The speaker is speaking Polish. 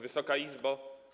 Wysoka Izbo!